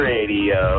Radio